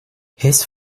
his